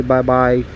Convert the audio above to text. Bye-bye